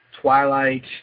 Twilight